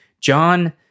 John